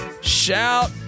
shout